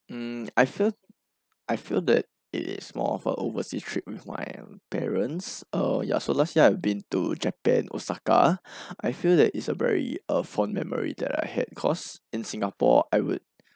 mm I feel I feel that it is more of a overseas trip with my um parents uh ya so last year I've been to japan osaka I feel that it's a very uh fond memory that I had cause in singapore I would